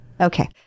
okay